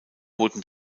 wurden